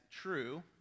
true